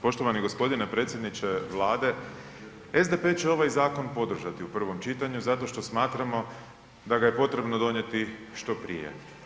Poštovani gospodine predsjedniče Vlade, SDP će ovaj zakon podržati u prvom čitanju zato što smatramo da ga je potrebno donijeti što prije.